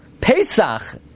Pesach